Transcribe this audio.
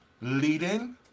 leading